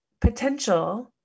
potential